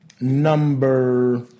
number